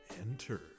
enter